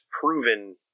proven